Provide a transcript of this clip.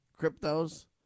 Cryptos